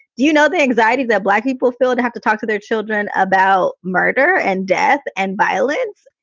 do you know the anxiety that black people feel to have to talk to their children about murder and death and violence?